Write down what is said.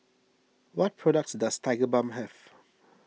what products does Tigerbalm have